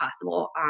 possible